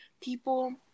people